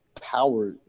power